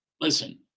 Listen